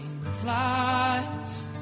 flies